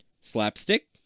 Slapstick